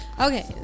Okay